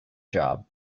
job